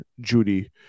Judy